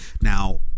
now